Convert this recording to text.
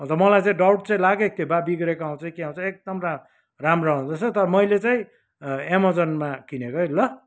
अन्त मलाई चाहिँ डाउट चाहिँ लागेको थियो बा बिग्रिएको आउँछ कि के आउँछ एकदम राम राम्रो आउँदो रहेछ तर मैले चाहिँ एमाजोनमा किनेको है ल